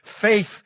faith